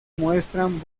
muestran